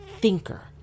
thinker